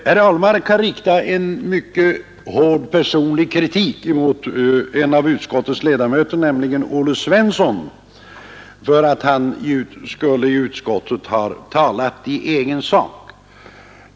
Herr Ahlmark har riktat en mycket hård personlig kritik mot en av utskottets ledamöter, nämligen herr Olle Svensson, för att han i utskottet skulle ha talat i egen sak.